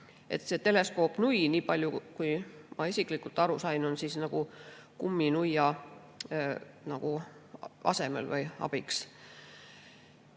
kaitseks. Teleskoopnui, niipalju kui ma isiklikult aru sain, on nagu kumminuia asemel või abiks.